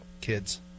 Kids